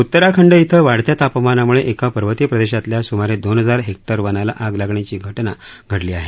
उत्तराखंड ब्रिं वाढत्या तापमानामुळे एका पर्वतीय प्रदेशातल्या सुमारे दोन हजार हेक्टर वनाला आग लागण्याची घटना घडली आहे